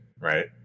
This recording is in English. right